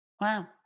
Wow